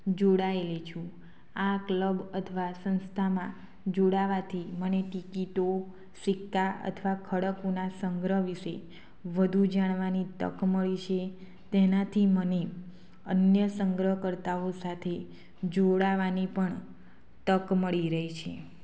જોડાએલી છું આ ક્લબ અથવા સંસ્થામાં જોળાવાથી મને ટિકિટો સિક્કા અથવા ખળકોના સંગ્રહ વિશે વધુ જાણવાની તક મળી છે તેનાથી મને અન્ય સંગ્રહકર્તાઓ સાથે જોળાવાની પણ તક મળી રહે છે